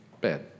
bad